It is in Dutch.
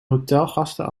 hotelgasten